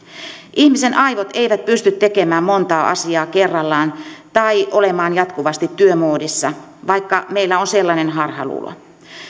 ihmisen aivot eivät pysty tekemään montaa asiaa kerrallaan tai olemaan jatkuvasti työmoodissa vaikka meillä on sellainen harhaluulo